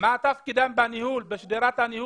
מה תפקידם בשדרות הניהול?